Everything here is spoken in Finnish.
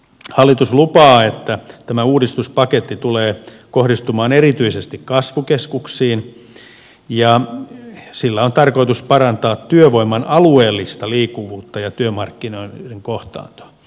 hallitus lupaa että tämä uudistuspaketti tulee kohdistumaan erityisesti kasvukeskuksiin ja sillä on tarkoitus parantaa työvoiman alueellista liikkuvuutta ja työmarkkinoiden kohtaantoa